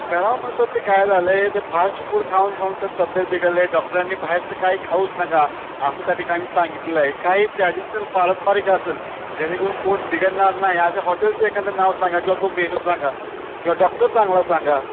करावं मग सर ते काय झालं आहे ते फास्ट फूड खाऊन खाऊन सर तब्येत बिघडलं आहे डॉक्टरांनी बाहेरचं काय खाऊच नका असं त्या ठिकाणी सांगितलेलं आहे काही ट्रॅडिशनल पारंपरिक असेल जेणेकरून पोट बिघडणार नाही अशा हॉटेलचं एखादं नाव सांगा किंवा तो मेनू सांगा किंवा डॉक्टर चांगला सांगा